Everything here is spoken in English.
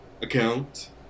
account